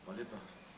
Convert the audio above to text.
Hvala lijepa.